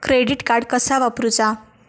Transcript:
Credit card कसा वापरूचा?